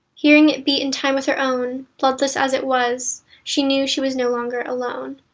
hearing it beat in time with her own, bloodless as it was, she knew she was no longer alone.